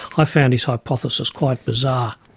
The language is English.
i found his hypothesis quite bizarre.